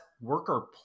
worker